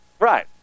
Right